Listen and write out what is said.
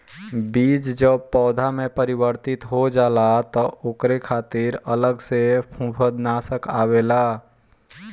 बीज जब पौधा में परिवर्तित हो जाला तब ओकरे खातिर अलग से फंफूदनाशक आवेला